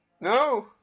no